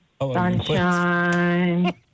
sunshine